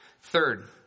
Third